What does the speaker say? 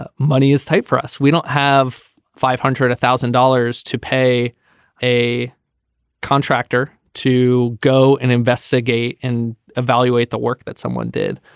ah money is tight for us. we don't have five hundred one thousand dollars to pay a contractor to go and investigate and evaluate the work that someone did.